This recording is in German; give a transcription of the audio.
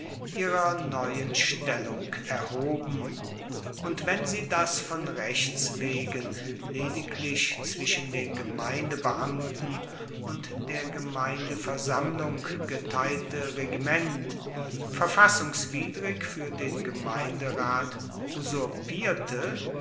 ihrer neuen stellung erhoben und wenn sie das von rechts wegen lediglich zwischen den gemeindebeamten und der gemeindeversammlung geteilte regiment verfassungswidrig fuer den gemeinderat